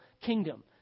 kingdom